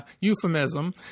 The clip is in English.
euphemism